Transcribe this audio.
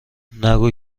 نگو